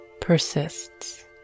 persists